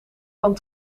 van